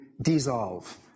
dissolve